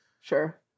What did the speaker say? Sure